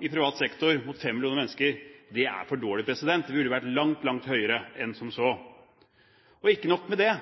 i privat sektor mot fem millioner mennesker er for dårlig. Det burde vært langt, langt høyere tall enn som så. Og ikke nok med det: